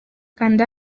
kanda